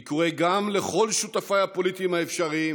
אני קורא לכל שותפיי הפוליטיים האפשריים